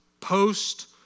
post